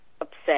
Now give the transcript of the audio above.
upset